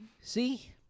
See